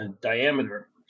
diameter